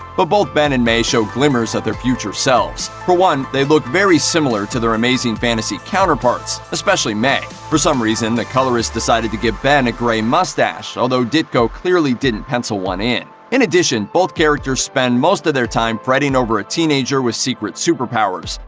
but both ben and may show glimmers of their future selves. for one, they look very similar to their amazing fantasy counterparts especially may. for some reason, the colorist decided to give ben a grey mustache, although ditko clearly didn't pencil one in. in addition, both characters spend most of their time fretting over a teenager with secret superpowers,